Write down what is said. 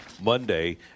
Monday